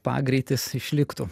pagreitis išliktų